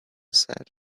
said